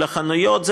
של החנויות,